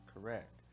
correct